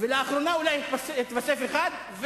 לאחרונה אולי התווסף אחד.